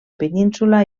península